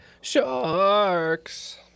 sharks